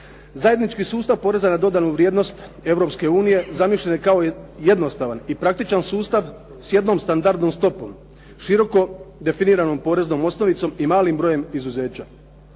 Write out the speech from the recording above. Zajednički sustav poreza na dodanu vrijednost Europske unije zamišljen je kao jednostavan i praktičan sustav s jednom standardnom stopom, široko definiranom poreznom osnovicom i malim brojem izuzeća.